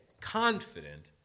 confident